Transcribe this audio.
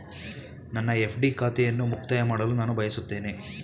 ನನ್ನ ಎಫ್.ಡಿ ಖಾತೆಯನ್ನು ಮುಕ್ತಾಯ ಮಾಡಲು ನಾನು ಬಯಸುತ್ತೇನೆ